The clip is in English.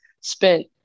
spent